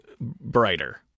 brighter